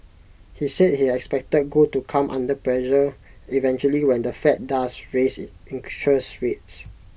he said he expected gold to come under pressure eventually when the fed does raise interest rates